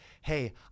hey